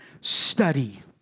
study